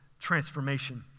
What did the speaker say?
transformation